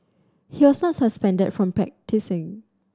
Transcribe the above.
he was not suspended from practising